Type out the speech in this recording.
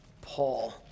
Paul